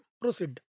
proceed